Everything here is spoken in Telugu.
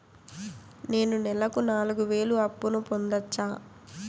నేను నెలకు నాలుగు వేలు అప్పును పొందొచ్చా?